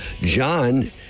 john